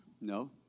No